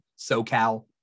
SoCal